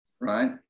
right